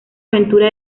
aventura